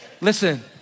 Listen